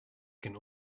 can